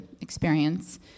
experience